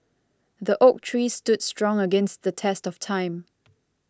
the oak tree stood strong against the test of time